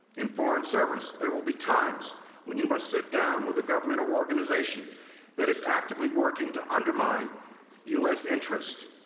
in foreign service, there may be times when you must sit down with a government or organization that is actively working to undermine us interest.